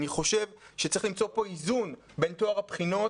אני חושב שצריך למצוא פה איזון בין טוהר הבחינות